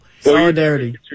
Solidarity